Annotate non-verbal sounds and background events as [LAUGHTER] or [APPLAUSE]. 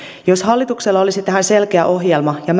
jos hallituksella olisi tähän selkeä ohjelma ja [UNINTELLIGIBLE]